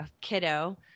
kiddo